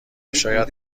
شاید